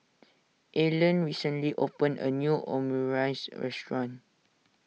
Allen recently opened a new Omurice restaurant